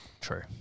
True